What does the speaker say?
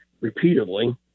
repeatedly